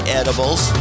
edibles